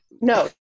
No